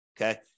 okay